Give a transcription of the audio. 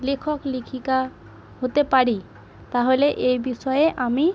লেখক লেখিকা হতে পারি তাহলে এ বিষয়ে আমি